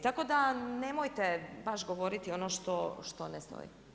Tako da nemojte baš govoriti ono što ne stoji.